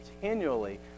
continually